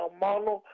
mano